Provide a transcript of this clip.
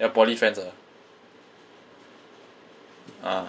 your poly friends ah ah